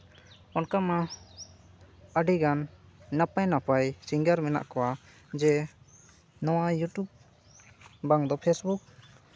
ᱚᱱᱠᱟ ᱢᱟ ᱟᱹᱰᱤᱜᱟᱱ ᱱᱟᱯᱟᱭ ᱱᱟᱯᱟᱭ ᱥᱤᱝᱜᱟᱨ ᱢᱮᱱᱟᱜ ᱠᱚᱣᱟ ᱡᱮ ᱱᱚᱣᱟ ᱤᱭᱩᱴᱩᱵᱽ ᱵᱟᱝ ᱫᱚ ᱯᱷᱮᱥᱵᱩᱠ